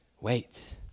Wait